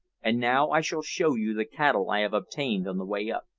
and now i shall show you the cattle i have obtained on the way up.